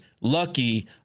Lucky